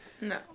No